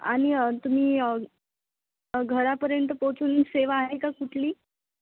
अच्छा अच्छा आणि तुम्ही घरापर्यंत पोहोचून सेवा आहे का कुठली